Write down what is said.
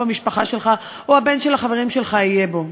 המשפחה או הבן של החברים שלך יהיה בו,